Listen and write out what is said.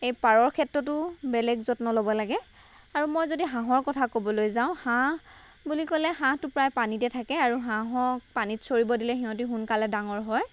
এই পাৰৰ ক্ষেত্ৰতো বেলেগ যত্ন ল'ব লাগে আৰু মই যদি হাঁহৰ কথা ক'বলৈ যাওঁ হাঁহ বুলি ক'লে হাঁহটো প্ৰায় পানীতে থাকে আৰু হাঁহক পানীত চৰিব দিলে সিহঁতি সোনকালে ডাঙৰ হয়